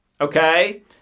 Okay